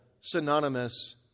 synonymous